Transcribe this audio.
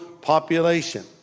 population